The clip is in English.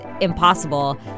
impossible